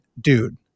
dude